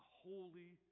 holy